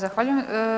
Zahvaljujem.